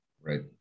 right